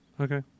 Okay